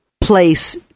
place